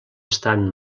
estant